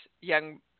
young